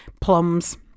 plums